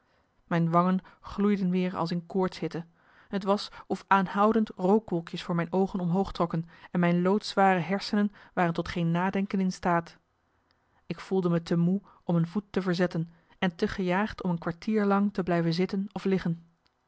mijn wangen gloeiden weer als in koortshitte t was of aanhoudend rookwolkjes voor mijn oogen omhoog trokken en mijn loodzware hersenen waren tot geen nadenken in staat ik voelde me te moe om een voet te verzetten en te gejaagd om een kwartier lang te blijven zitten of liggen